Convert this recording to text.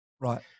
Right